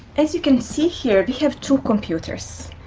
as you can see here, we have two computers.